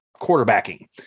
quarterbacking